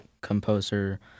composer